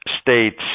states